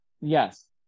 Yes